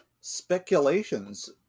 speculations